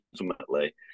ultimately